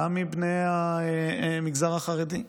גם מבני המגזר החרדי.